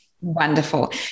Wonderful